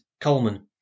Coleman